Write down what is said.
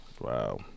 Wow